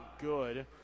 good